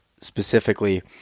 specifically